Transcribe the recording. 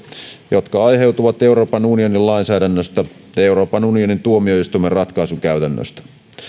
jotka aiheutuvat euroopan unionin lainsäädännöstä ja euroopan unionin tuomioistuimen ratkaisukäytännöstä